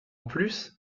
plus